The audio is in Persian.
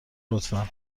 لطفا